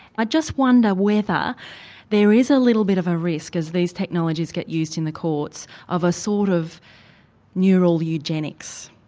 i just wonder whether there is a little bit of a risk, as these technologies get used in the courts, of a sort of neural eugenics,